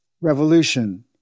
Revolution